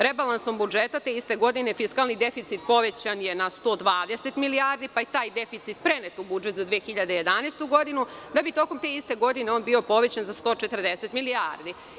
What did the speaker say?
Rebalansom budžeta te iste godine fiskalni deficit povećan je 120 milijardi, pa je taj deficit prenet u budžet 2011. godinu, da bi tokom te iste godine on bio povećan za 140 milijardi.